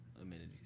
amenities